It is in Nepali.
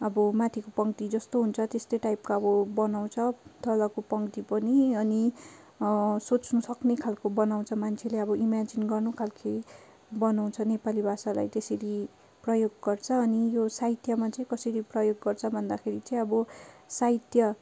अब माथिको पङ्क्ति जस्तो हुन्छ त्यस्तै टाइपको अब बनाउँछ तलको पङ्क्ति पनि अनि सोच्नुसक्ने खालको बनाउँछ मान्छेले अब इमाजिन गर्नु खालके बनाउँछ नेपाली भाषालाई त्यसरी प्रयोग गर्छ अनि यो साहित्यमा चाहिँ कसरी प्रयोग गर्छ भन्दाखेरि चाहिँ अब साहित्य